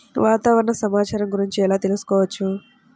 వాతావరణ సమాచారం గురించి ఎలా తెలుసుకోవచ్చు?